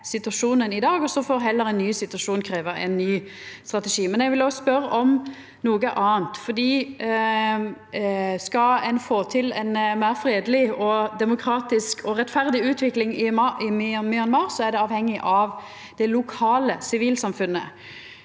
og så får heller ein ny situasjon krevja ein ny strategi. Eg vil òg spørja om noko anna. Skal ein få til ei meir fredeleg, demokratisk og rettferdig utvikling i Myanmar, er det avhengig av det lokale sivilsamfunnet.